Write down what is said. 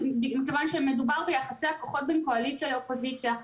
שמדובר ביחסי הכוחות בין קואליציה לאופוזיציה.